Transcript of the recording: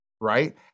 Right